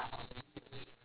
oh ya ya ya